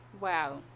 Wow